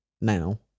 now